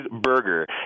Burger